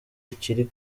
ikiri